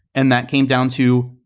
and that came down to,